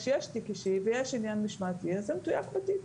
כשיש תיק אישי ויש עניין משמעתי זה מתויק בתיק.